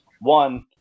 one